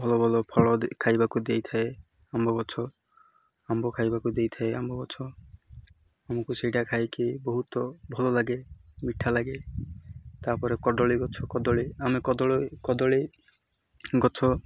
ଭଲ ଭଲ ଫଳ ଖାଇବାକୁ ଦେଇଥାଏ ଆମ୍ବ ଗଛ ଆମ୍ବ ଖାଇବାକୁ ଦେଇଥାଏ ଆମ୍ବ ଗଛ ଆମକୁ ସେଇଟା ଖାଇକି ବହୁତ ଭଲ ଲାଗେ ମିଠା ଲାଗେ ତା'ପରେ କଦଳୀ ଗଛ କଦଳୀ ଆମେ କଦଳୀ କଦଳୀ ଗଛ